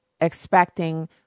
expecting